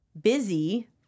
busy